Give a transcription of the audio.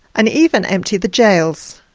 and even empty the jails?